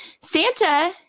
Santa